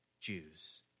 Jews